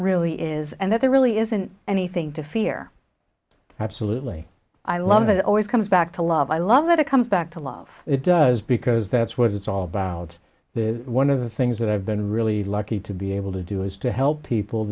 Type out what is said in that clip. really is and that there really isn't anything to fear absolutely i love that it always comes back to love i love that it comes back to love it does because that's what it's all about the one of the things that i've been really lucky to be able to do is to help people